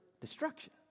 destruction